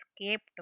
escaped